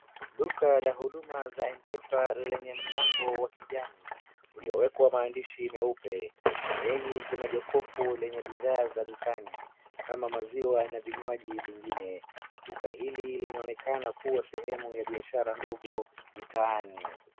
Duka za huduma ya [cs ]mpesa lenye mlango wa kijani uliowekwa maandishi meupe pembeni Kuna jokofi lenye bidhaa za nyumbani Kama maziwa na vinywaji vingine ,duka hilikinaonekana kuwa sehemu la baishara ndogo mtaani